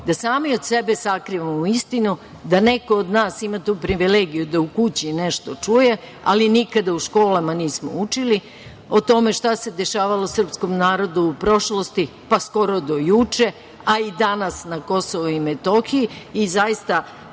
da sami od sebe sakrivamo istinu, da neko od nas ima tu privilegiju da u kući nešto čuje, ali nikada u školama nismo učili o tome šta se dešavalo srpskom narodu u prošlosti pa skoro do juče, a i danas na Kosovu i Metohiji. Zaista